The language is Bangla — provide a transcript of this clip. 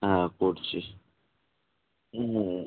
হ্যাঁ করছি হুম